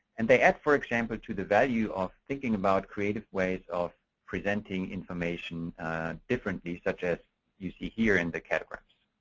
and they add, for example, to the value of thinking about creative ways of presenting information differently, such as you see here in the catographs.